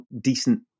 decent